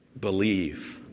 believe